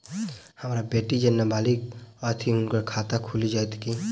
हम्मर बेटी जेँ नबालिग छथि हुनक खाता खुलि जाइत की?